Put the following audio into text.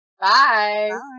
Bye